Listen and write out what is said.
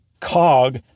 cog